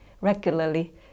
regularly